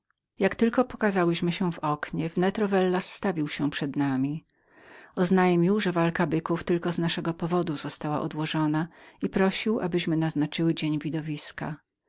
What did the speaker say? jak tylko pokazałyśmy się w oknie wnet rowellas stawił się przed nami oznajmił że walka byków tylko z naszego powodu była spóźnioną i prosił abyśmy naznaczyły dzień widowiska